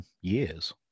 years